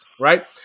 right